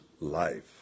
life